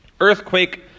earthquake